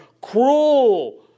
cruel